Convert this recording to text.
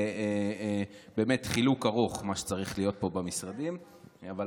באמת, מה שצריך להיות במשרדים זה חילוק ארוך.